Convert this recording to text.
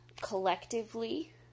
collectively